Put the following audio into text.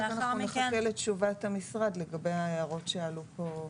רק אנחנו נחכה לתשובת המשרד לגבי ההערות שעלו פה.